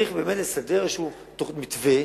צריך לסדר מתווה